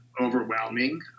overwhelming